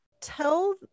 tell